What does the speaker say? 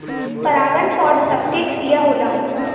परागन पौध सभ के क्रिया होला